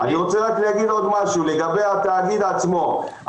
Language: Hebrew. אני רוצה להגיד עוד משהו לגבי התאגיד עצמו.